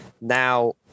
now